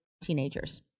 teenagers